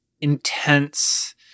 intense